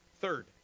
Third